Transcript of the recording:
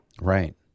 Right